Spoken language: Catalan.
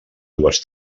dues